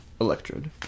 Electrode